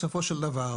בסופו של דבר